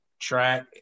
track